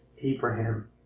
Abraham